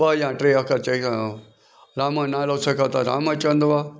ॿ या टे अखर चवंदो राम जो नालो सेखारो त राम जो नालो चवंदव